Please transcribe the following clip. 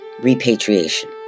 repatriation